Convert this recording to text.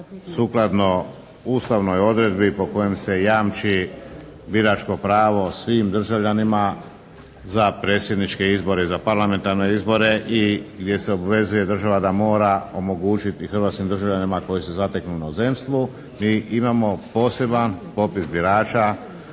sukladno ustavnoj uredbi po kojoj se jamči biračko pravo svim državljanima za predsjedničke izbore i za parlamentarne izbore. I gdje se obvezuje država da mora omogućiti hrvatskim državljanima koji se zateknu u inozemstvu i imamo poseban popis birača